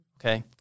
Okay